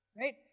right